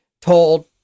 told